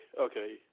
okay